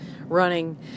running